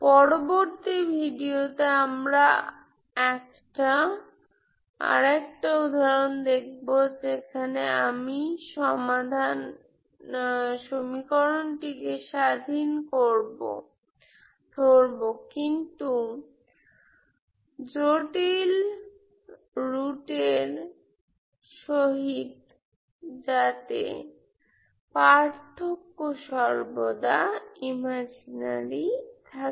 পরবর্তী ভিডিওতে আমরা আর একটা উদাহরণ দেখব যেখানে আমি সমীকরণটিকে স্বাধীন ধরব কিন্তু ডিফিকাল্ট রুটের সহিত যাতে পার্থক্য সর্বদা কল্পিত থাকে